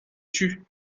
tue